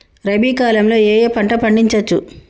రబీ కాలంలో ఏ ఏ పంట పండించచ్చు?